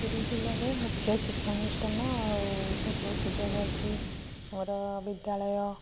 ପୁରୀ ଜିଲ୍ଲାରେ ମୁଖ୍ୟ ଶିକ୍ଷାନୁଷ୍ଠାନ ଆଉ ବହୁତ ବହୁତ ସୁଯୋଗ ଅଛି ଆମର ବିଦ୍ୟାଳୟ